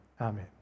Amen